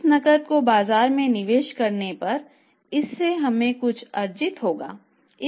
इस नकद को बाजार में निवेश करने पर इससे हमें कुछ अर्जित होगा